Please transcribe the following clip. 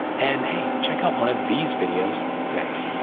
and hey check out one of these videos next.